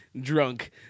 drunk